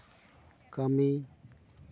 ᱠᱟᱹᱢᱤ